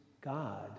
God